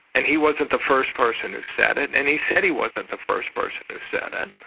and he wasn't the first person who said it, and he said he wasn't the first person who said it.